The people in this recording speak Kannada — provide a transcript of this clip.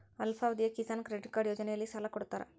ಅಲ್ಪಾವಧಿಯ ಕಿಸಾನ್ ಕ್ರೆಡಿಟ್ ಕಾರ್ಡ್ ಯೋಜನೆಯಲ್ಲಿಸಾಲ ಕೊಡತಾರ